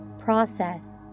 process